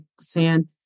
sand